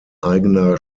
eigener